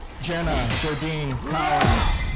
jenna jodene collins.